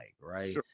right